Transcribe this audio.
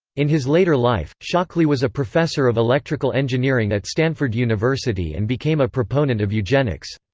in his later life, shockley was a professor of electrical engineering at stanford university and became a proponent of eugenics.